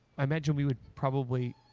i imagine we would probably.